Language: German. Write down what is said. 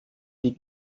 die